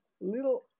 little